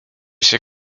się